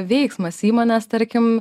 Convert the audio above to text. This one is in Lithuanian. veiksmas įmonės tarkim